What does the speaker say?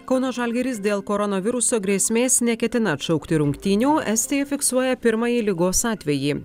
kauno žalgiris dėl koronaviruso grėsmės neketina atšaukti rungtynių estija fiksuoja pirmajį ligos atvejį